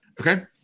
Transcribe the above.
Okay